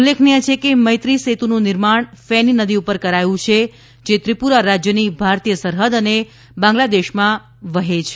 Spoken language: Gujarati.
ઉલ્લેખનિય છે કે મૈત્રી સેતુનું નિર્માણ ફેની નદી પર કરાયું છે જે ત્રિપુરા રાજ્યની ભારતીય સરહદ અને બાંગ્લાદેશમાં વચ્ચે વહે છે